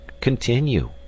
Continue